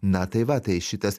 na tai va tai šitas